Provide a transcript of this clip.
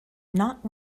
not